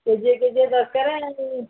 କେଜିଏ କେଜିଏ ଦରକାର